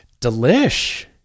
Delish